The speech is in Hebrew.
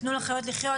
ל"תנו לחיות לחיות",